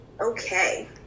Okay